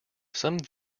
some